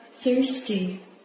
thirsty